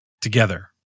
together